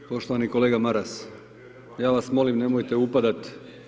Poštovani kolega Maras, ja vas molim, nemojte upadat.